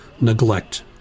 neglect